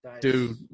Dude